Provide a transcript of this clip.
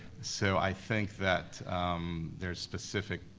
so i think that there's specific